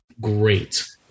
great